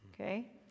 Okay